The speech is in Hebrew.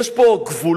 יש פה גבולות,